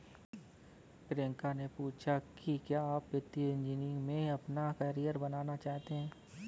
प्रियंका ने पूछा कि क्या आप वित्तीय इंजीनियरिंग में अपना कैरियर बनाना चाहते हैं?